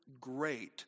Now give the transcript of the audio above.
great